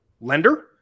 lender